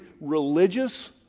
religious